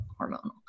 hormonal